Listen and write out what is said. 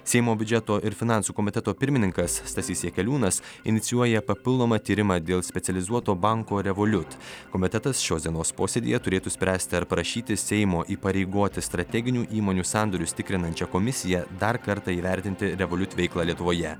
seimo biudžeto ir finansų komiteto pirmininkas stasys jakeliūnas inicijuoja papildomą tyrimą dėl specializuoto banko revoliut komitetas šios dienos posėdyje turėtų spręsti ar prašyti seimo įpareigoti strateginių įmonių sandorius tikrinančią komisiją dar kartą įvertinti revoliut veiklą lietuvoje